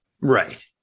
right